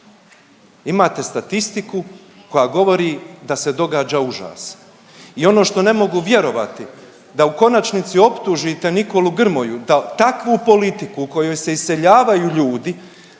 Imate statistiku koja govori da se događa užas i ono što ne mogu vjerovati, da u konačnici optužite Nikolu Grmoja da takvu politiku u kojoj se iseljavaju ljudi